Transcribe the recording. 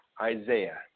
Isaiah